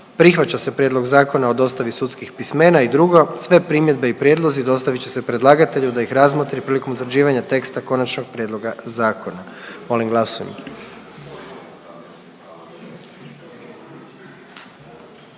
Prihvaća se Prijedlog Zakona o dostavi sudskih pismena; i 2. Sve primjedbe i prijedlozi dostavit će se predlagatelju da ih razmotri prilikom utvrđivanja teksta konačnog prijedloga zakona. Molim glasujmo.